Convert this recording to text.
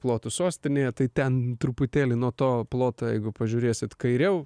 plotų sostinėje tai ten truputėlį nuo to ploto jeigu pažiūrėsit kairiau